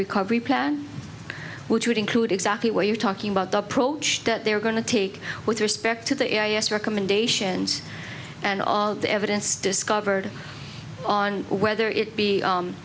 recovery plan which would include exactly what you're talking about the approach that they're going to take with respect to the recommendations and all the evidence discovered on whether it be